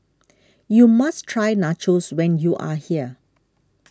you must try Nachos when you are here